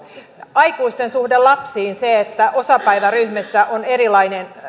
aikuisten suhde lapsiin se että osapäiväryhmissä on erilainen